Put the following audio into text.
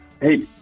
Hey